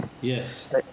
Yes